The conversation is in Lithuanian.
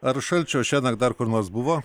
ar šalčio šiąnakt dar kur nors buvo